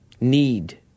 need